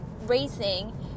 racing